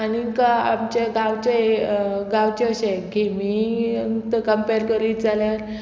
आनीक आमचे गांवचे गांवचे अशे गेमी कंपेर करीत जाल्यार